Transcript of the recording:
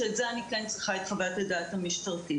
שבזה אני כן צריכה את חוות הדעת המשטרתית.